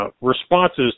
responses